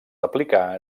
aplicar